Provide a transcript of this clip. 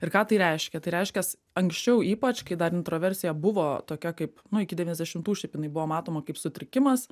ir ką tai reiškia tai reiškias anksčiau ypač kai dar intraversija buvo tokia kaip nu iki devyniasdešimtų šiaip jinai buvo matoma kaip sutrikimas